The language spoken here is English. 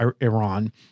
Iran